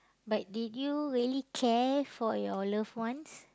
but did you really care for your loved ones